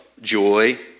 joy